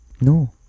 No